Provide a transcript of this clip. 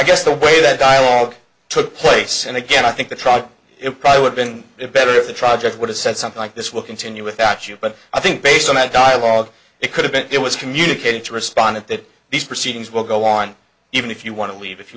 guess the way that dialogue took place and again i think the trial it probably would been better if the trial judge would have said something like this will continue without you but i think based on that dialogue it could have been it was communicated to respondent that these proceedings will go on even if you want to leave if you